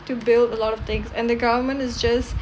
to build a lot of things and the government is just